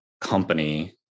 Company